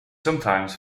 sometimes